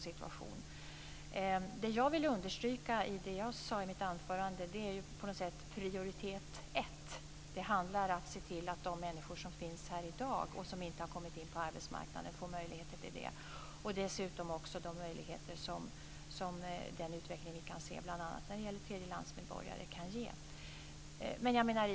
Vad jag vill understryka från mitt anförande är att prioritet 1 är att se till att de människor som finns här i dag och som inte har kommit in på arbetsmarknaden får möjlighet till det. Dessutom ska de få de möjligheter som vi kan se i utvecklingen för bl.a. tredjelandsmedborgare.